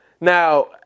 Now